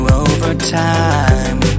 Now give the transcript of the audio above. overtime